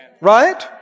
Right